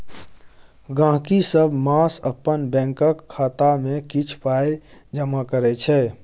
गहिंकी सब मास अपन बैंकक खाता मे किछ पाइ जमा करै छै